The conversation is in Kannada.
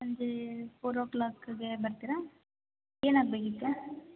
ಸಂಜೆ ಫೋರ್ ಓ ಕ್ಲಾಕ್ಗೆ ಬರ್ತಿರಾ ಏನಾಗ್ಬೇಕಿತ್ತು ಸರ್